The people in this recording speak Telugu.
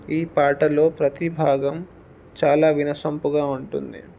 ఈ పాటలో ప్రతిభాగం చాలా వినసొంపుగా ఉంటుంది